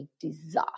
disaster